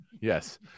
Yes